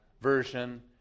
version